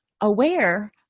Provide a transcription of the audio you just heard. aware